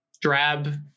drab